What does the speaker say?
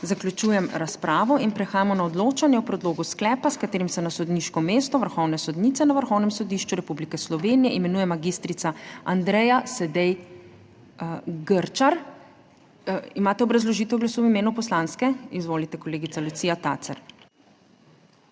Zaključujem razpravo. Prehajamo na odločanje o predlogu sklepa, s katerim se na sodniško mesto vrhovne sodnice na Vrhovnem sodišču Republike Slovenije imenuje mag. Andreja Sedej Grčar. Imate obrazložitev glasu v imenu poslanske? Izvolite, kolegica Lucija Tacer.